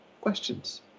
questions